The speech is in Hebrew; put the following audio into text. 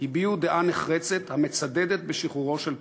הביעו דעה נחרצת המצדדת בשחרורו של פולארד.